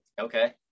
Okay